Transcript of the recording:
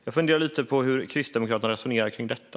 Jag funderar lite på hur Kristdemokraterna resonerar kring detta.